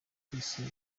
twese